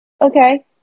Okay